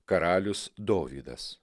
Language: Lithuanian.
karalius dovydas